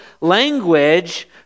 language